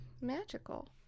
magical